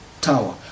tower